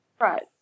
Right